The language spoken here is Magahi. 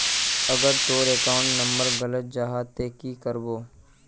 अगर तोर अकाउंट नंबर गलत जाहा ते की करबो?